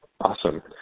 Awesome